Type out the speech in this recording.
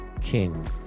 king